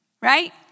Right